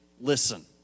listen